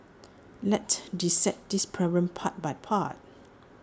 let's dissect this problem part by part